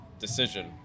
Decision